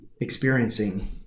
experiencing